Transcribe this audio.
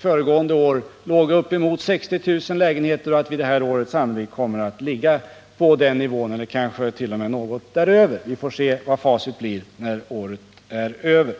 Föregående år låg bostadsbyggandet på uppemot 60 000 lägenheter, och detta år kommer det sannolikt att ligga på samma nivå eller t.o.m. något däröver. Vi får se vad facit blir när året är över.